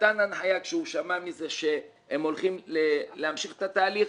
כשהוא שמע מזה שהם הולכים להמשיך את התהליך,